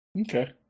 Okay